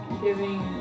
giving